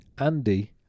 Andy